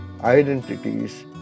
identities